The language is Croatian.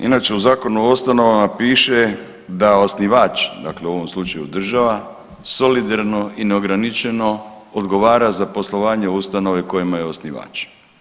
Inače u Zakonu o ustanovama piše da osnivač, dakle u ovom slučaju država solidarno i neograničeno odgovara za poslovanje ustanove kojima je osnivač.